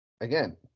again